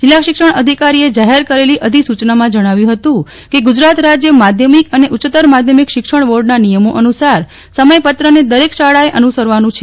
જિલ્લા શિક્ષણાધિકારીએ જાહેર કરેલી અધિસૂચનામાં જણાવ્યું હતું કેગુજરાત રાજ્ય માધ્યમિક અને ઉચ્ચતર માધ્યમિક શિક્ષણ બોર્ડના નિયમો અનુસાર સમયપત્રને દરેક શાળાએ અનુસરવાનું છે